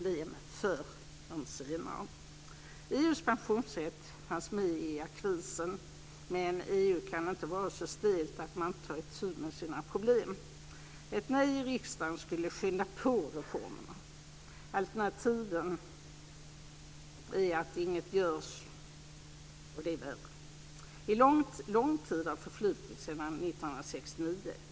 Det är bättre att ta itu med ett problem förr än senare. EU kan inte vara så stelt att man inte tar itu med sina problem. Ett nej i riksdagen skulle skynda på reformerna. Alternativet är att inget görs, och det är värre. Lång tid har förflutit sedan 1969.